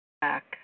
Back